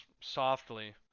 softly